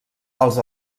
els